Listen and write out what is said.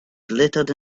glittered